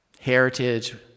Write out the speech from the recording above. Heritage